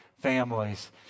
families